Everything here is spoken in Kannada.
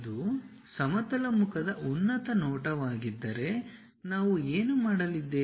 ಅದು ಸಮತಲ ಮುಖದ ಉನ್ನತ ನೋಟವಾಗಿದ್ದರೆ ನಾವು ಏನು ಮಾಡಲಿದ್ದೇವೆ